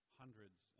hundreds